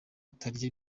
atarya